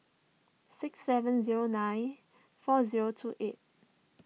six seven zero nine four zero two eight